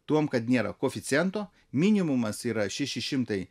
tuom kad nėra koeficiento minimumas yra šeši šimtai